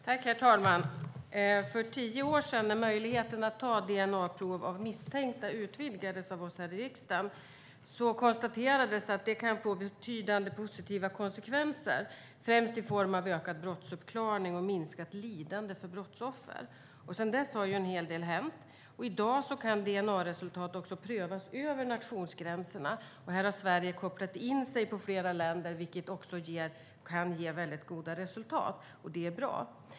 Herr talman! För tio år sedan, när möjligheten att ta DNA-prov av misstänkta personer utvidgades av oss här i riksdagen, konstaterades att detta kunde få betydande positiva konsekvenser, främst i form av ökad brottsuppklaring och minskat lidande för brottsoffer. Sedan dess har en hel del hänt. I dag kan DNA-resultat också prövas över nationsgränserna. Sverige har kopplat in sig på flera länder, vilket kan ge väldigt goda resultat. Det är bra.